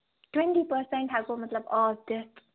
twenty percent تام ہیٚکو مطلب آف دِتھ